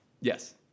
Yes